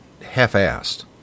half-assed